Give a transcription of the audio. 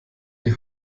die